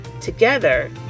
Together